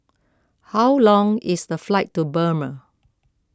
how long is the flight to Burma